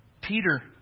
Peter